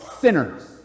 sinners